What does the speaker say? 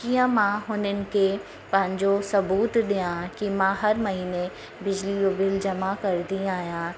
कीअं मां उन्हनि खे पंहिंजो सबूत ॾिया कि मां हर महीने बिजली जो बिल जमा कंदी आहियां